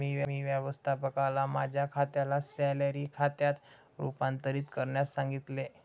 मी व्यवस्थापकाला माझ्या खात्याला सॅलरी खात्यात रूपांतरित करण्यास सांगितले